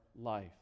life